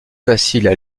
faciles